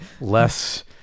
less